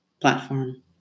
platform